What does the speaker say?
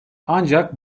ancak